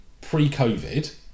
pre-COVID